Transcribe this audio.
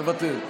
מוותר,